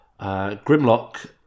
Grimlock